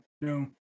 no